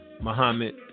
Muhammad